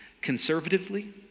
conservatively